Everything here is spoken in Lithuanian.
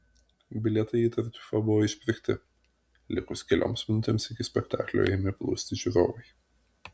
bilietai į tartiufą buvo išpirkti likus kelioms minutėms iki spektaklio ėmė plūsti žiūrovai